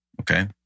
Okay